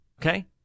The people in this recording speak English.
okay